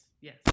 Yes